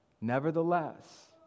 nevertheless